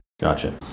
Gotcha